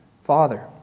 Father